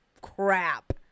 crap